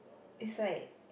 it's like